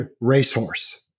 racehorse